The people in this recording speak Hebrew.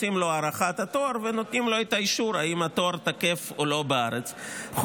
עושים לו הערכת התואר ונותנים לו את האישור אם התואר תקף בארץ או לא,